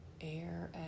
air